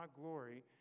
glory